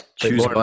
Choose